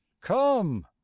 come